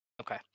Okay